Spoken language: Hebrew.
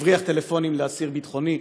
הבריח טלפונים לאסיר ביטחוני,